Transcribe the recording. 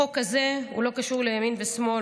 החוק הזה לא קשור לימין או לשמאל,